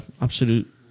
absolute